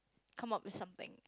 come up with something